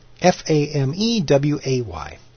F-A-M-E-W-A-Y